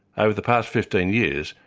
ah over the past fifteen years,